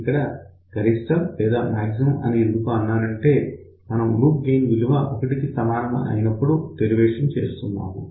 ఇక్కడ గరిష్టం లేదా మాక్సిమం అని ఎందుకు అన్నానంటే మనం లూప్ గెయిన్ విలువ 1 కి సమానం అయినప్పుడు డెరివేషన్ చేస్తున్నాము